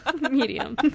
medium